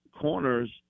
corners